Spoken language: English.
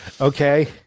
Okay